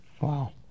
Wow